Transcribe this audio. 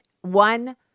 One